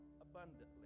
abundantly